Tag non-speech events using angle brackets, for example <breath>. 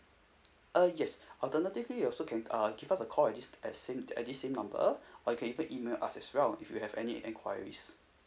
uh yes <breath> alternatively you also can uh give us a call at this at same at this same number or you can even email us as well if you have any enquiries